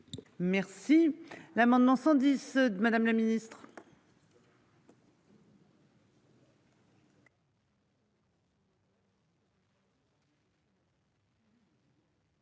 Merci l'amendement 110 Madame la Ministre.